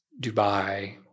Dubai